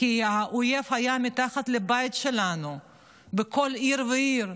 כי האויב היה מתחת לבית שלנו בכל עיר ועיר,